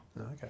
okay